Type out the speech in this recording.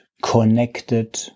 connected